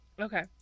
Okay